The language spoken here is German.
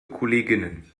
kolleginnen